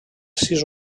sis